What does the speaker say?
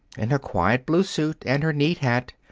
in her quiet blue suit and her neat hat,